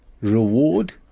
reward